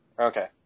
Okay